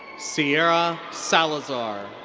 sierra salazar.